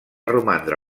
romandre